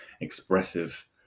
expressive